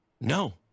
No